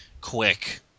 quick